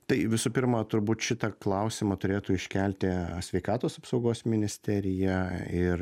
tai visų pirma turbūt šitą klausimą turėtų iškelti sveikatos apsaugos ministeriją ir